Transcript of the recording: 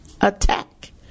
attack